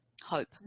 Hope